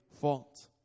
fault